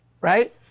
right